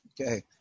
Okay